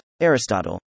Aristotle